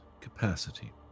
capacity